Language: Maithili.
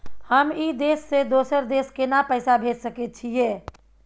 हम ई देश से दोसर देश केना पैसा भेज सके छिए?